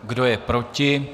Kdo je proti?